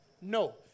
No